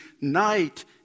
night